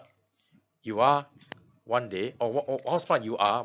you are one day or what or how smart you are